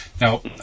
Now